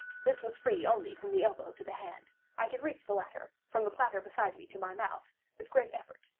this was free only from the elbow to the hand. i could reach the latter, from the platter beside me, to my mouth, with great effort,